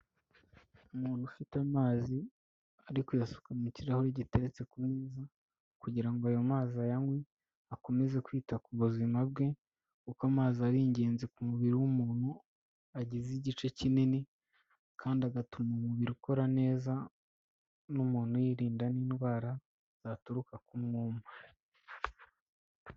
Umuntu ufite amazi, ari kuyasuka mu kirahuri gitetse ku meza, kugira ngo ayo mazi ayanywe, akomeze kwita ku buzima bwe, kuko amazi ari ingenzi ku mubiri w'umuntu, agize igice kinini, kandi agatuma umubiri ukora neza, n'umuntu yirinda n'idwara, zaturuka ku mwuma.